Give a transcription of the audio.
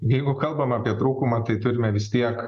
jeigu kalbam apie trūkumą tai turime vis tiek